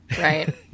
Right